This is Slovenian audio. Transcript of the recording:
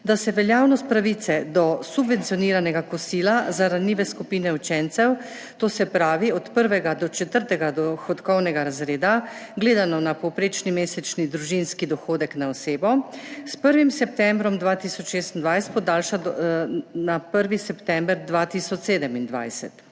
da se veljavnost pravice do subvencioniranega kosila za ranljive skupine učencev, to se pravi od prvega do četrtega dohodkovnega razreda, gledano na povprečni mesečni družinski dohodek na osebo, s 1. septembrom 2026 podaljša do 1. septembra 2027.